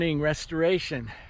restoration